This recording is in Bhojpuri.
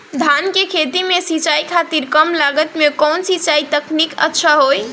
धान के खेती में सिंचाई खातिर कम लागत में कउन सिंचाई तकनीक अच्छा होई?